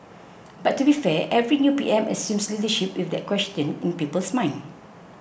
but to be fair every new P M assumes leadership with that question in people's minds